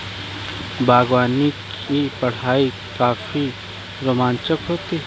बागवानी की पढ़ाई काफी रोचक होती है